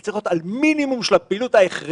זה צריך להיות על מינימום של הפעילות הכרחית.